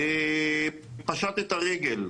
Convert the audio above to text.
פשט את הרגל.